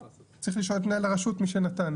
צריך לשאול את מנהל הרשות, מי שנתן.